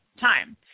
time